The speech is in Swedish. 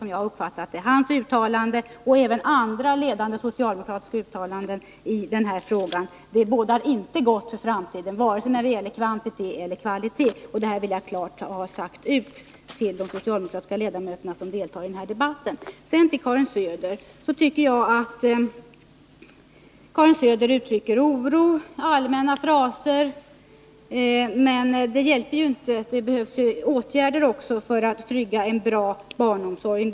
Och Kjell-Olof Feldts och även andra ledande socialdemokraters uttalanden i denna fråga bådar inte gott för framtiden, vare sig när det gäller kvantitet eller i fråga om kvalitet. Detta vill jag klart deklarera för de socialdemokratiska ledamöter som deltar i denna debatt. Karin Söder uttrycker oro i allmänna fraser, men det hjälper inte. Det behövs även åtgärder för att trygga en bra barnomsorg.